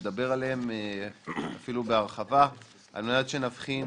נדבר עליהם אפילו בהרחבה על מנת שנבחין